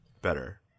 better